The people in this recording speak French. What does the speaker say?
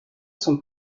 son